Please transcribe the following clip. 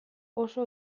oso